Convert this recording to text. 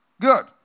Good